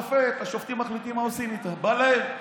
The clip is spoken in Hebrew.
השופטים מחליטים מה עושים איתה: בא להם,